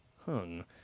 hung